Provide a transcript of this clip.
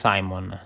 Simon